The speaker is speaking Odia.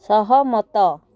ସହମତ